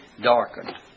darkened